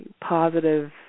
positive